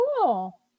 Cool